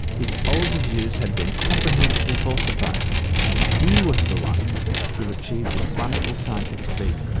his older views had been comprehensively falsified and he was the one who achieved this wonderful scientific feat.